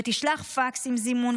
תשלח פקס עם זימון,